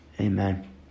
Amen